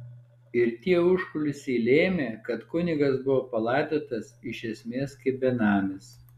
ir tie užkulisiai lėmė kad kunigas buvo palaidotas iš esmės kaip benamis